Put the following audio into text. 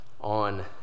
on